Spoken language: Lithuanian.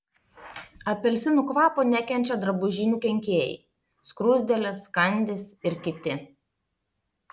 apelsinų kvapo nekenčia drabužinių kenkėjai skruzdėlės kandys ir kiti